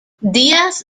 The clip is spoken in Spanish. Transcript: díaz